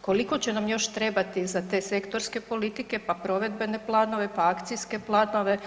koliko će nam još trebati za te sektorske politike, pa provedbene planove, pa akcijske planove.